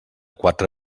quatre